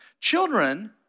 Children